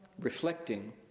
reflecting